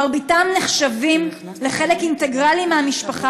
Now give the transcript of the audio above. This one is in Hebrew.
מרביתם נחשבים לחלק אינטגרלי מהמשפחה